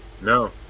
No